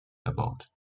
erbaut